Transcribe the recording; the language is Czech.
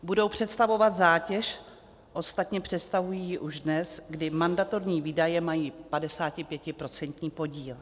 Budou představovat zátěž, ostatně představují ji už dnes, kdy mandatorní výdaje mají 55procentní podíl.